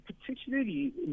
particularly